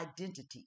identity